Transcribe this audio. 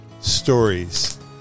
stories